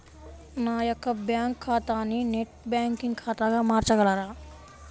నా యొక్క బ్యాంకు ఖాతాని నెట్ బ్యాంకింగ్ ఖాతాగా మార్చగలరా?